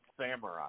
samurai